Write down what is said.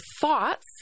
thoughts